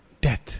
death